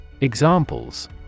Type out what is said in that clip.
Examples